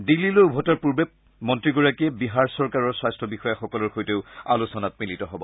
দিল্লীলৈ ওভতাৰ পুৰ্বে মন্ৰীগৰাকীয়ে বিহাৰ চৰকাৰৰ স্বাস্থ্য বিষয়াসকলৰ সৈতেও আলোচনাত মিলিত হ'ব